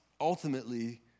ultimately